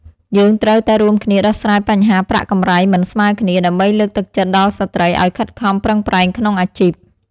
យើងត្រូវតែរួមគ្នាដោះស្រាយបញ្ហាប្រាក់កម្រៃមិនស្មើគ្នា ដើម្បីលើកទឹកចិត្តដល់ស្ត្រីឱ្យខិតខំប្រឹងប្រែងក្នុងអាជីព។